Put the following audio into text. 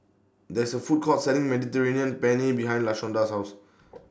There IS A Food Court Selling Mediterranean Penne behind Lashonda's House